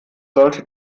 sollte